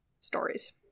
stories